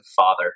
father